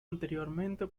anteriormente